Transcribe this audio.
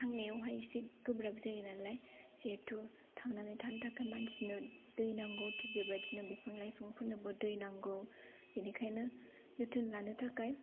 थांनायावहाय इसे गोब्राब जायो नालाय जिहेतु थांनानै थानो थाखाय मानसिनो दै नांगौ थिग बेबायदिनो बिफां लाइफांफोरनोबो दै नांगौ बेनिखायनो जोथोन लानो थाखाय